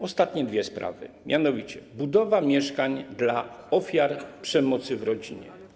Ostatnie dwie sprawy, mianowicie budowa mieszkań dla ofiar przemocy w rodzinie.